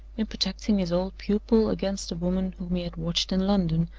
in protecting his old pupil against the woman whom he had watched in london,